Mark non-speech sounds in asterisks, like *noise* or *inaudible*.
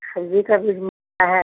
सब्जी का बीज *unintelligible* है